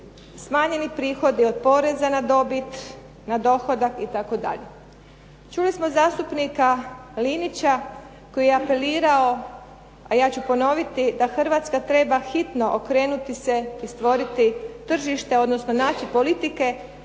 smanjeni prihodi od poreza na dobit, na dohodak itd. Čuli smo zastupnika Linića koji je apelirao, a ja ću ponoviti da Hrvatska treba hitno okrenuti se i stvoriti tržište odnosno naći politike